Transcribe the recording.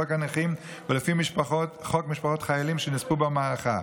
חוק הנכים ולפי חוק משפחות חיילים שנספו במערכה.